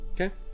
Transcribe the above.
Okay